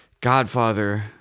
Godfather